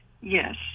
Yes